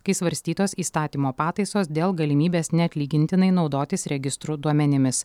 kai svarstytos įstatymo pataisos dėl galimybės neatlygintinai naudotis registrų duomenimis